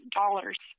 dollars